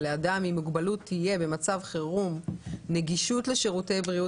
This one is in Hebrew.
שלאדם עם מוגבלות תהיה במצב חירום נגישות לשירותי בריאות